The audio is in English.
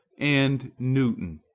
and newton,